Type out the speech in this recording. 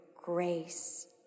grace